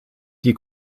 die